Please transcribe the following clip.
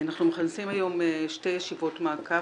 אנחנו מכנסים היום שתי ישיבות מעקב,